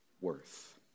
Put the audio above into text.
worth